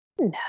No